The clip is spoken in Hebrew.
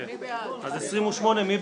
מי בעד?